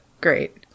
Great